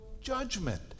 judgment